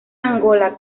angola